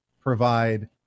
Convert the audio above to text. provide